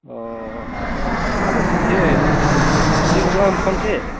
ᱚᱻ ᱟᱫᱚ ᱪᱮᱫ ᱪᱮᱫ ᱜᱮ ᱵᱟᱢ ᱯᱷᱳᱱ ᱠᱮᱜ